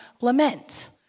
lament